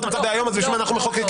את המצב דהיום בשביל מה אנחנו מחוקקים?